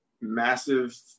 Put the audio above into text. massive